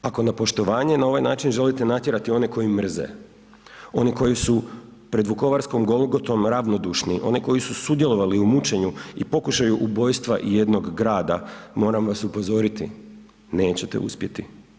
Ako na poštovanje na ovaj način želite natjerati one koji mrze, one koji su pred vukovarskom golgotom ravnodušni, one koji su sudjelovali u mučenju i pokušaja ubojstva i jednog grada, moram vas upozoriti, nećete uspjeti.